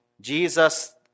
Jesus